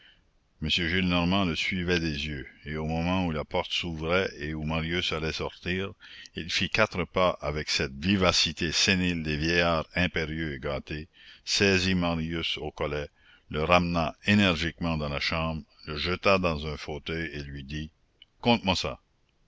m gillenormand le suivait des yeux et au moment où la porte s'ouvrait et où marius allait sortir il fit quatre pas avec cette vivacité sénile des vieillards impérieux et gâtés saisit marius au collet le ramena énergiquement dans la chambre le jeta dans un fauteuil et lui dit conte-moi ça